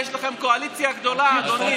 יש לכם קואליציה גדולה, אדוני.